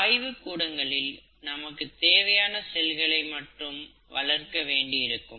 ஆய்வுக்கூடங்களில் நமக்கு தேவையான செல்களை மட்டும் வளர்க்க வேண்டியிருக்கும்